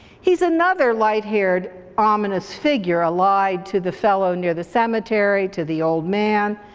he's another light-haired ominous figure allied to the fellow near the cemetery, to the old man,